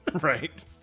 Right